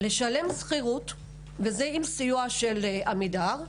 לשלם שכירות, וזאת עם סיוע של "עמידר",